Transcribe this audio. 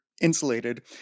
insulated